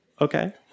okay